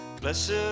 blessed